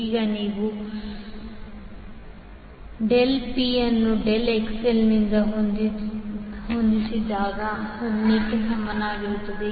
ಈಗ ನೀವು ನೀವು del P ಅನ್ನು del XL ನಿಂದ ಹೊಂದಿಸಿದಾಗ 0 ಕ್ಕೆ ಸಮನಾಗಿರುತ್ತದೆ